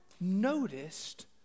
noticed